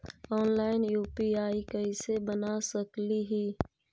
Online UPI कैसे बना सकली ही?